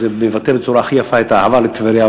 מבטא בצורה הכי טובה את האהבה לטבריה,